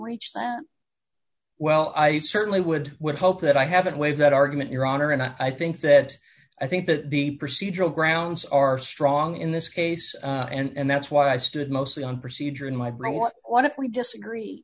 reach them well i certainly would would hope that i haven't waive that argument your honor and i think that i think that the procedural grounds are strong in this case and that's why i stood mostly on procedure in my brain what what if we disagree